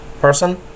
person